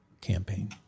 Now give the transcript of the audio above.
campaign